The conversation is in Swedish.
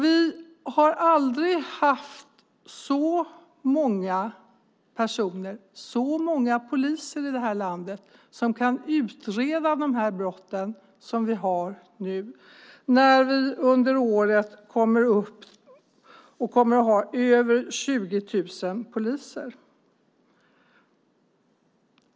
Vi har aldrig haft så många personer, så många poliser i det här landet, som kan utreda de här brotten som vi har nu när vi under året kommer att ha över 20 000 poliser.